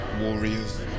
warriors